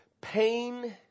Pain